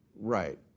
Right